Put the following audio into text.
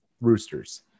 roosters